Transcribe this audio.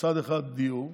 מצד אחד, דיור,